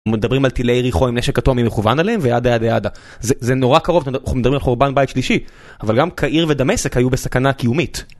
מדברים על טילי יריחו על נשק אטומי מכוון עליהם וידה ידה ידה, זה נורא קרוב, אנחנו מדברים על חורבן בית שלישי, אבל גם קהיר ודמשק היו בסכנה קיומית.